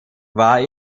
war